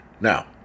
Now